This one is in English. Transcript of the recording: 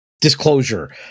disclosure